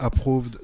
Approved